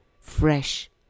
fresh